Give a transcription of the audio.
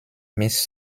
miss